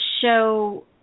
show